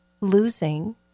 losing